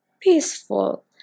peaceful